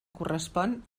correspon